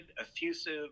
effusive